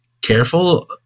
careful